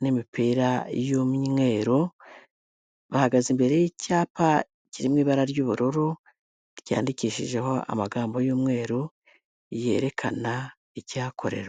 n'imipira y'umweru, bahagaze imbere y'icyapa kirimo ibara ry'ubururu, ryandikishijeho amagambo y'umweru yerekana ikihakorerwa.